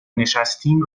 نشستیم